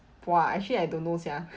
!wah! actually I don't know sia